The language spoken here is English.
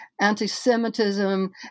anti-Semitism